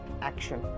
action